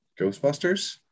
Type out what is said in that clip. Ghostbusters